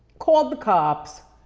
called the cops,